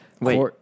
Wait